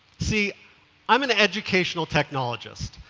see i'm an educational technologist,